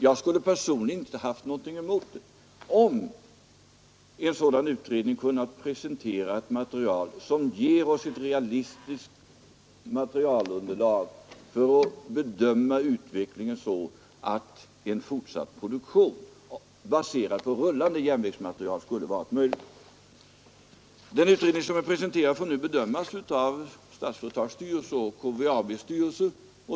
Jag skulle personligen inte ha haft något att invända, om en sådan utredning kunnat presentera ett material som ger oss ett realistiskt underlag för att bedöma utvecklingen beträffande en fortsatt produktion baserad på rullande järnvägsmateriel, och detta skulle varit möjligt. Den utredning som är presenterad får nu bedömas av Statsföretags och KVAB:s styrelser.